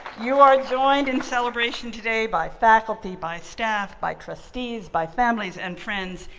you are joined in celebration today by faculty, by staff, by trustees, by families and friends,